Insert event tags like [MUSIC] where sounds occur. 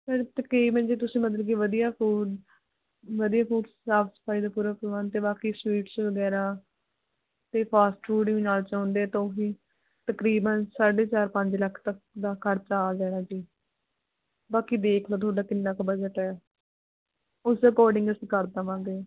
[UNINTELLIGIBLE] ਤਕਰੀਬਨ ਜੀ ਤੁਸੀਂ ਮਤਲਬ ਕਿ ਵਧੀਆ ਫੂਡ ਵਧੀਆ ਫੂਡ ਸਾਫ ਸਫਾਈ ਦਾ ਪੂਰਾ ਪ੍ਰਬੰਧ ਅਤੇ ਬਾਕੀ ਸਵੀਟਸ ਵਗੈਰਾ ਫਿਰ ਫਾਸਟ ਫੂਡ ਵੀ ਨਾਲ ਚਾਹੁੰਦੇ ਤਾਂ ਉਹ ਹੀ ਤਕਰੀਬਨ ਸਾਢੇ ਚਾਰ ਪੰਜ ਲੱਖ ਤੱਕ ਦਾ ਖਰਚਾ ਆ ਜਾਣਾ ਜੀ ਬਾਕੀ ਦੇਖ ਲਉ ਤੁਹਾਡਾ ਕਿੰਨਾਂ ਕੁ ਬਜਟ ਹੈ ਉਸ ਅਕੋਡਿੰਗ ਅਸੀਂ ਕਰ ਦੇਵਾਂਗੇ